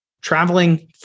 traveling